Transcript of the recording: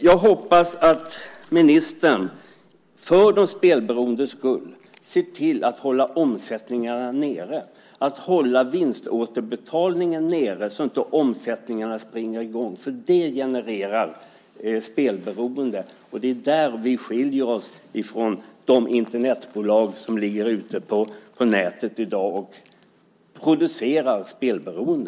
Jag hoppas att ministern, för de spelberoendes skull, ser till att hålla omsättningarna nere, att hålla vinståterbetalningen nere så att omsättningen inte springer i väg, för det genererar spelberoende. Det är där vi skiljer oss från de bolag som ligger ute på nätet i dag och producerar spelberoende.